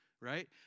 right